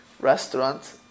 Restaurant